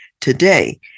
today